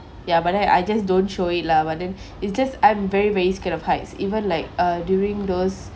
ya but then I just don't show it lah but then it's just I'm very very scared of heights even like uh during those